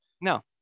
No